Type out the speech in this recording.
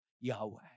Yahweh